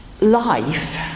life